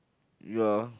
you're